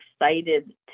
excited